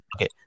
Okay